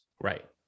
Right